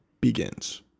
begins